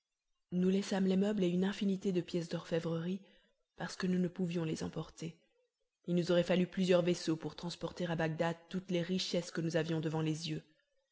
nous laissâmes les meubles et une infinité de pièces d'orfèvrerie parce que nous ne pouvions les emporter il nous aurait fallu plusieurs vaisseaux pour transporter à bagdad toutes les richesses que nous avions devant les yeux